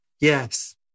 Yes